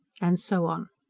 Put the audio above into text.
and so on.